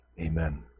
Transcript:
Amen